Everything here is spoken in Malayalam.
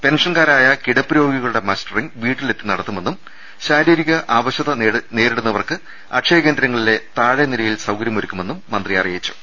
പെൻഷൻകാരായ കിടപ്പ് രോഗികളുടെ മസ്റ്ററിങ് വീട്ടിലെത്തി നടത്തുമെന്നും ശാരീരിക അവ ശത നേരിടുന്നവർക്ക് അക്ഷയകേന്ദ്രങ്ങളിലെ താഴെ നിലയിൽ സൌകര്യമൊ രുക്കുമെന്നും മന്ത്രി പറഞ്ഞു